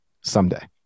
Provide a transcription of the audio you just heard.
someday